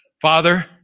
Father